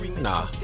nah